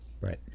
Right